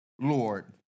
Lord